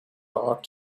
art